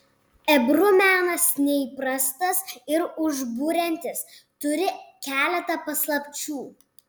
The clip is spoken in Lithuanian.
ebru menas neįprastas ir užburiantis turi keletą paslapčių